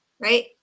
right